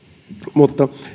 mutta